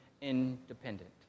independent